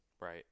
Right